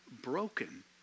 broken